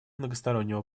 многостороннего